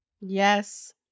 yes